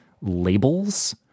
labels